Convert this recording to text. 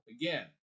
Again